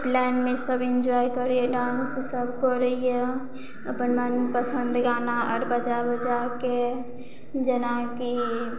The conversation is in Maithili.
लाइनमे सब इन्जॉय करैया डान्स सब करैया अपन मन पसंद गाना आर बजा बजाके जेनाकि